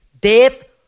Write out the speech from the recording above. death